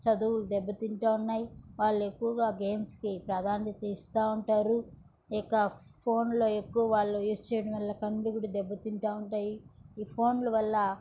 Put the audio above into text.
చదువులు దెబ్బతింటూ ఉన్నాయి వాళ్ళు ఎక్కువగా గేమ్స్ ప్రాధాన్యత ఇస్తూ ఉంటారు ఇక ఫోన్లో ఎక్కువ వాళ్ళు యూజ్ చేయడం వల్ల కళ్ళు కూడా దెబ్బతింటూ ఉంటాయి ఈ ఫోన్లు వల్ల